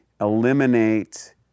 eliminate